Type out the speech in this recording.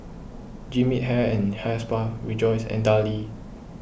Jean Yip Hair and Hair Spa Rejoice and Darlie